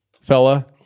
fella